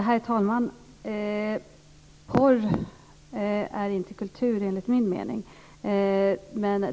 Herr talman! Porr är inte kultur enligt min mening.